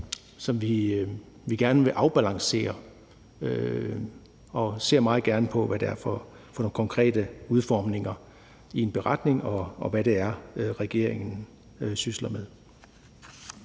som vi gerne vil afbalancere. Vi ser meget gerne på, hvad det er for nogle konkrete udformninger, der er i en beretning, og på, hvad regeringen sysler med.